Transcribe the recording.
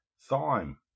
Thyme